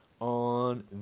on